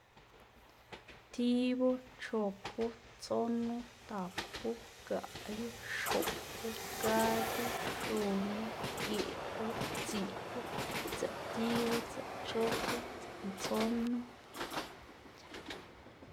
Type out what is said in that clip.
tibu, chopu, tsonu, tapu, gaꞌyu, xopu, gadzu, xunu, geꞌwu, tsiꞌwu, tsiꞌptibu, tsiꞌpchopu, tsiꞌptsonu.